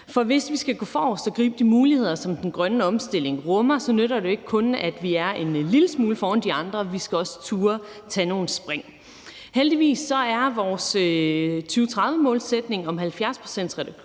For hvis vi skal gå forrest og gribe de muligheder, som den grønne omstilling rummer, så nytter det ikke, at vi kun er en lille smule foran de andre; vi skal også turde tage nogle spring. Heldigvis er vores 2030-målsætning om en